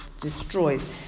destroys